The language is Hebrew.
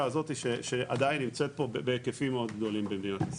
הזאת שעדיין נמצאת פה בהיקפים מאוד גדולים במדינת ישראל.